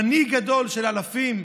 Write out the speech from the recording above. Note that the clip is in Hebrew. מנהיג גדול של אלפים,